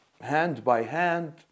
hand-by-hand